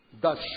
Thus